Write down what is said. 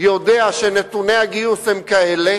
יודע שנתוני הגיוס הם כאלה